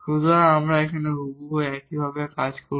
সুতরাং আমরা হুবহু একইভাবে কাজ করব